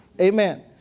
Amen